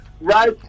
right